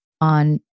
on